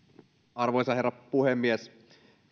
arvoisa herra puhemies